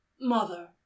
mother